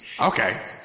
Okay